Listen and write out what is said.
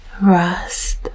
rest